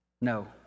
No